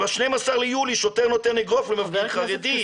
ב-12 ביולי שוטר נותן אגרוף למפגין חרדי.